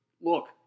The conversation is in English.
look